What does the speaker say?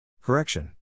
Correction